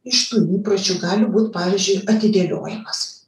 iš tų įpročių gali būt pavyzdžiui atidėliojimas